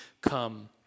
come